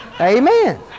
Amen